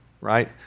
right